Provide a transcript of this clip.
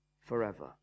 forever